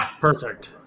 Perfect